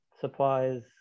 supplies